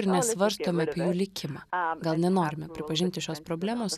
ir nesvarstome apie jų likimą gal nenorime pripažinti šios problemos